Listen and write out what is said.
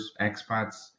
expats